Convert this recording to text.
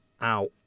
out